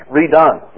redone